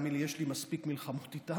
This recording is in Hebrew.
תאמין לי, יש לי מספיק מלחמות איתם,